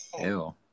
Ew